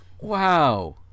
Wow